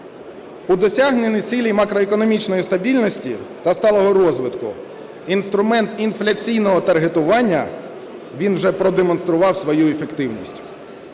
У досягненні цілей макроекономічної стабільності та сталого розвитку інструмент інфляційного таргетування, він вже продемонстрував свою ефективність.